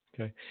Okay